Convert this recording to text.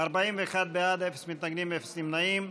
41 בעד, אפס מתנגדים, אפס נמנעים.